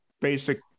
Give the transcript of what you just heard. basic